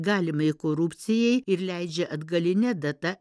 galimai korupcijai ir leidžia atgaline data